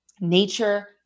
nature